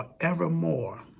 forevermore